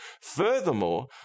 furthermore